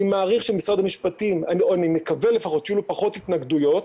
אני מעריך או מקווה לפחות שלמשרד המשפטים יהיו פחות התנגדויות,